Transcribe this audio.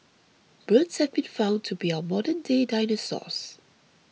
birds have been found to be our modernday dinosaurs